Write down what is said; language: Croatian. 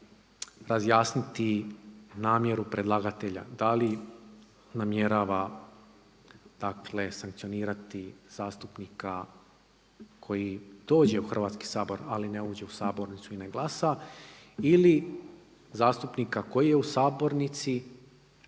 razjasniti namjeru predlagatelja da li namjerava dakle sankcionirati zastupnika koji dođe u Hrvatski sabor ali ne uđe u sabornicu i ne glasa ili zastupnika koji je u sabornici